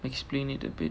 explain it a bit